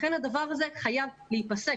לכן הדבר הזה חייב להפסק.